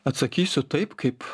atsakysiu taip kaip